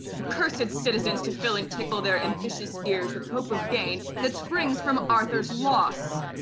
accursed citizens to fill and tickle their ambitious ears with hope of gain that springs from arthur's loss.